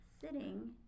sitting